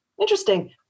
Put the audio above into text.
interesting